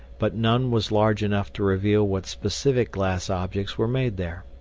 but none was large enough to reveal what specific glass objects were made there.